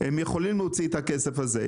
הם יוכלו להוציא את הכסף הזה,